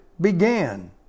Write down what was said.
began